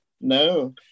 no